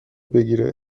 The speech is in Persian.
بگیره